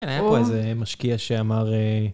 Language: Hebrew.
כן, היה פה איזה משקיע שאמר...